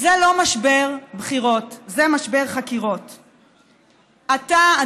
זה לא משבר בחירות, זה משבר חקירות.